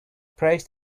prays